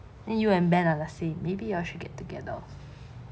then you and ben are the same maybe you should get together